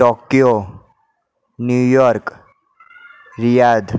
Tokyo New York Riyadh